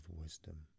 wisdom